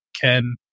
Ken